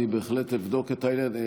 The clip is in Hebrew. אני בהחלט אבדוק את העניין.